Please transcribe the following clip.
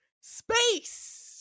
space